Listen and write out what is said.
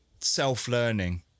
self-learning